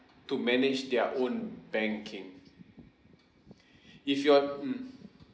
to manage their own banking if you are mm